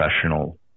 professional